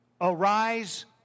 arise